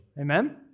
Amen